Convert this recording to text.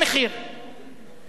מה זה השרירות הזו?